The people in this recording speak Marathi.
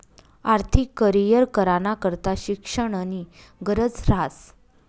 आर्थिक करीयर कराना करता शिक्षणनी गरज ह्रास